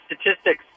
statistics